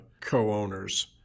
co-owners